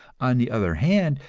on the other hand,